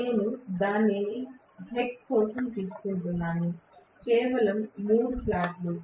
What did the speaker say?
నేను దాని హెక్ కోసం తీసుకుంటున్నాను కేవలం మూడు స్లాట్లు